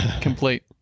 complete